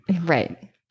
Right